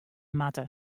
moatte